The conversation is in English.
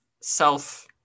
self